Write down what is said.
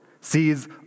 sees